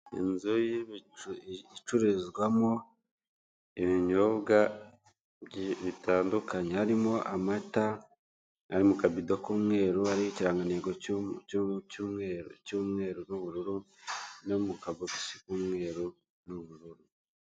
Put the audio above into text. Inzu icururizwamo ibinyobwa bitandukanye harimo amata ari mu kabido k'umweru ariho ikirantengo mu cy'umweru cy'mweru n'ubururu no mu kabogisi k'umweru n'ubururu.